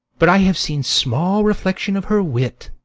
but i have seen small reflection of her wit.